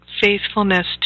faithfulness